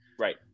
Right